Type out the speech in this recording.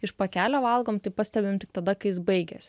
iš pakelio valgom tai pastebim tik tada kai jis baigias